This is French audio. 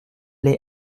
lès